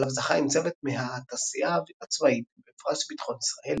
עליו זכה עם צוות מההתעשייה הצבאית בפרס ביטחון ישראל.